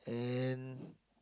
and